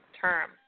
term